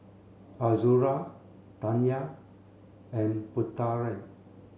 Azura Dayang and Putera